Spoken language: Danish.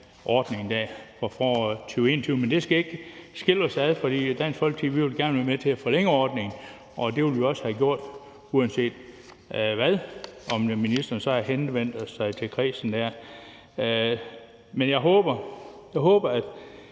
ordningen fra foråret 2021, men det skal ikke skille os ad, for Dansk Folkeparti vil gerne være med til at forlænge ordningen, og det ville vi også have gjort, uanset om ministeren havde henvendt sig til kredsen der eller ej. Jeg håber, at